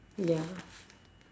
ya